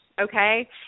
Okay